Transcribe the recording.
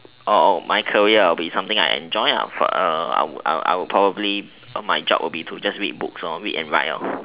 my career would be something I enjoy I I would probably my job is to write books write and read lor